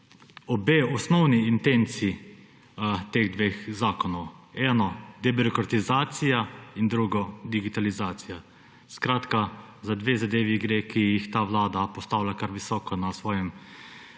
obe osnovni intenci teh dveh zakonov: eno debirokratizacija in drugo digitalizacija. Skratka, za dve zadevi gre, ki jih ta vlada postavlja kar visoko na svojem